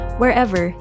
wherever